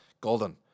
golden